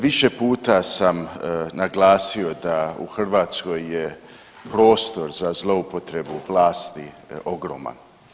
Više puta sam naglasio da u Hrvatskoj je prostor za zloupotrebu vlasti ogroman.